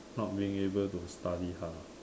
not being able to study hard ah